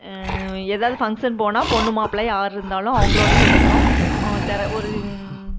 எதாவது ஃபங்ஷன் போனா பொண்ணு மாப்பிள்ளை யார் இருந்தாலும் அவங்களோடையும் எடுக்குறோம் தெர ஒரு